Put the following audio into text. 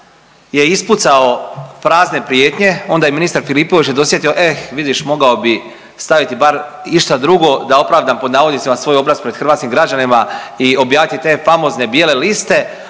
je ispucao prazne prijetnje, onda je ministar Filipović se dosjetio, eh, vidiš, mogao bi staviti bar išta drugo da opravdam, pod navodnicima, svoj obraz pred hrvatskim građanima i objaviti te famozne bijele liste